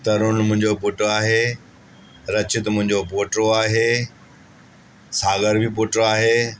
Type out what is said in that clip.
तरुण मुंहिंजो पुटु आहे रचित मुंहिंजो पोटो आहे सागर बि पुटु आहे